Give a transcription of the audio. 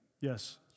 Yes